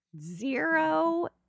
zero